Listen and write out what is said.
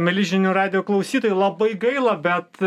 mieli žinių radijo klausytojai labai gaila bet